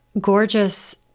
gorgeous